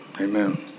amen